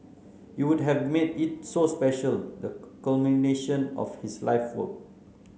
it would have made it so special the culmination of his life work